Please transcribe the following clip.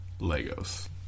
Legos